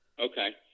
Okay